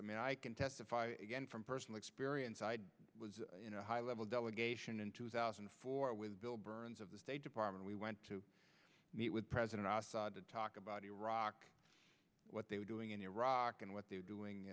i mean i can testify again from personal experience i was in a high level delegation in two thousand and four with bill burns of the state department we went to meet with president assad to talk about iraq what they were doing in iraq and what they are doing